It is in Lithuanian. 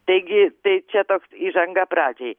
taigi tai čia toks įžanga pradžiai